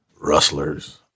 Rustlers